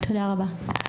תודה רבה.